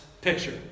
picture